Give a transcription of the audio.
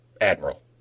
Admiral